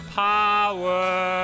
power